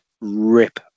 rip